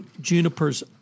Juniper's